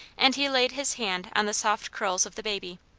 and he laid his hand on the soft curls of the baby.